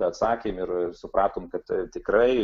atsakėm ir supratom kad tikrai